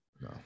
No